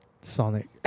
Sonic